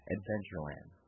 Adventureland